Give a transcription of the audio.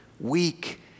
weak